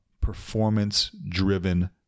performance-driven